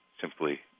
simply